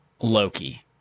Loki